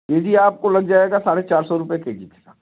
ये जी आपको लग जाएगा साढ़े चार सौ रुपये के जी के हिसाब से